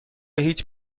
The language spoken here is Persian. هیچ